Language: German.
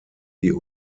die